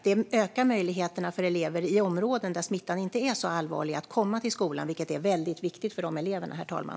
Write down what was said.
Det ökar möjligheterna för elever i de områden där smittan inte är så allvarlig att komma till skolan, vilket är väldigt viktigt för de eleverna, herr talman.